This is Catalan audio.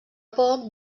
poc